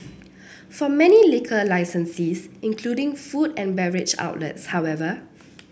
for many liquor licensees including food and beverage outlets however